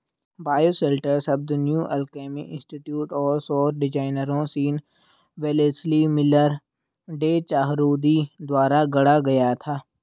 bioshelter शब्द New Alchemy Institute और सौर डिजाइनरों Sean Wellesley Miller, Day Chahroudi द्वारा गढ़ा गया था